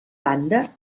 banda